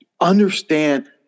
understand